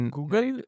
Google